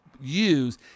use